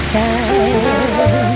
time